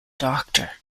doctor